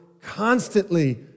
constantly